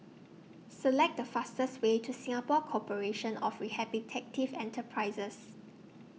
Select The fastest Way to Singapore Corporation of Rehabilitative Enterprises